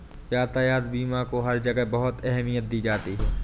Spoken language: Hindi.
यातायात बीमा को हर जगह बहुत अहमियत दी जाती है